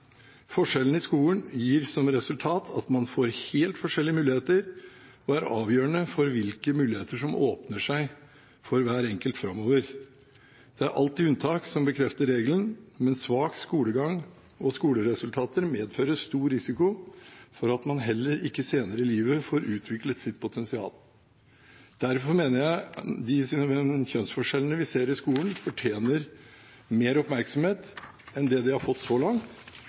Forskjellene i skolen gir som resultat at man får helt forskjellige muligheter, og er avgjørende for hvilke muligheter som åpner seg for hver enkelt framover. Det er alltid unntak som bekrefter regelen, men svak skolegang og skoleresultater medfører stor risiko for at man heller ikke senere i livet får utviklet sitt potensial. Derfor mener jeg de kjønnsforskjellene vi ser i skolen, fortjener mer oppmerksomhet enn de har fått så langt.